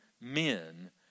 men